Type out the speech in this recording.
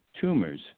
tumors